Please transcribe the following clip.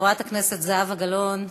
חברת כנסת זהבה גלאון,